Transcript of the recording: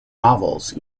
novels